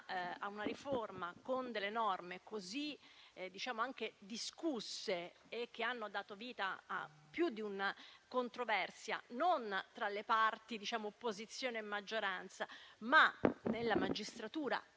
a una riforma con norme così discusse, che hanno dato vita a più di una controversia non tra le parti, opposizione e maggioranza, ma nella magistratura